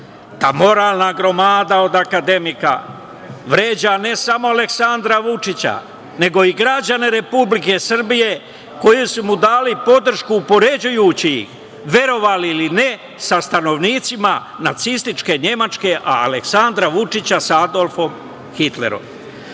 moralna gromada od akademika vređa, ne samo Aleksandra Vučića, nego i građane Republike Srbije koji su mu dali podršku upoređujući ih, verovali ili ne, sa stanovnicima nacističke Nemačke, a Aleksandra Vučića sa Adolfom Hitlerom. Ta